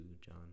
John